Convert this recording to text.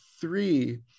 three